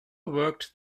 worked